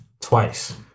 twice